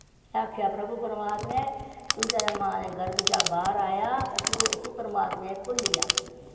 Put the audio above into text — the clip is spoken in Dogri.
केह् आखेआ प्रभु परमात्मै तूं जेल्लै मां दे गर्ब चा बाह्र आया ते तूं इसी परमात्मे भुल्ली आ